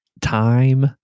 time